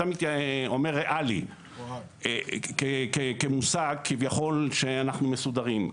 אתה אומר "ריאלי" כמושג, כביכול שאנחנו מסודרים.